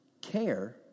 care